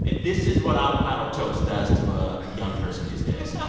this is what avocado toast does to a young person these days. so